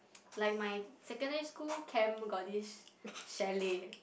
like my secondary school camp got this chalet